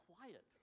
quiet